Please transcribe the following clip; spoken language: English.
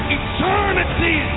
eternity